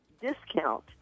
discount